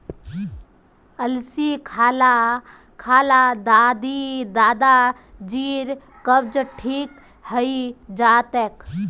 अलसी खा ल दादाजीर कब्ज ठीक हइ जा तेक